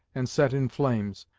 and set in flames,